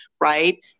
right